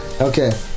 Okay